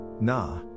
nah